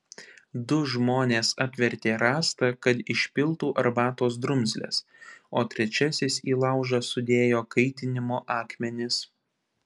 du žmonės apvertė rąstą kad išpiltų arbatos drumzles o trečiasis į laužą sudėjo kaitinimo akmenis